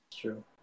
True